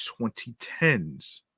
2010s